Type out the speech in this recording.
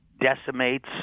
decimates